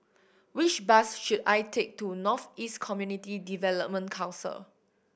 which bus should I take to North East Community Development Council